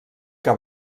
que